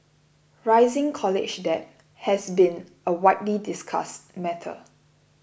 rising college debt has been a widely discussed matter